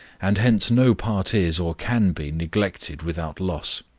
and hence no part is, or can be, neglected without loss.